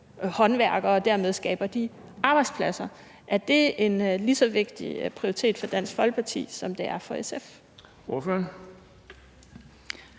håndværkere, og dermed skaber de arbejdspladser. Er det en lige så vigtig prioritet for Dansk Folkeparti, som det er for SF?